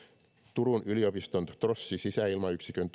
turun yliopiston trossi sisäilmayksikön